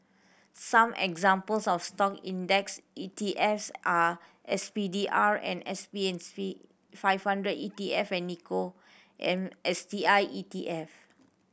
some examples of Stock index E T Fs are S P D R and S B five hundred E T F and Nikko am S T I E T F